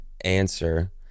answer